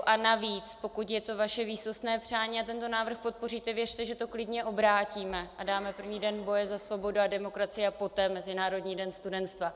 A navíc, pokud je to vaše výsostné přání a tento návrh podpoříte, věřte, že to klidně obrátíme a dáme první Den boje za svobodu a demokracii a poté Mezinárodní den studenstva.